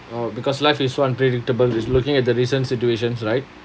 oh because life is so unpredictable just looking at the recent situations right